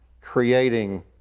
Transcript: creating